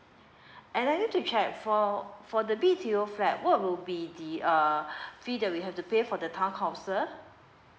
and I need to check for for the B_T_O flat what will be the uh fee that we have to pay for the town council